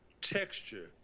texture